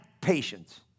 patience